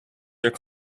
their